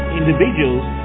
individuals